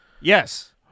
Yes